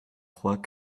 trois